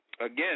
again